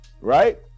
right